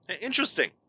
interesting